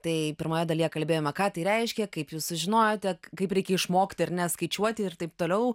tai pirmoje dalyje kalbėjome ką tai reiškia kaip jūs sužinojote kaip reikia išmokti ar ne skaičiuoti ir taip toliau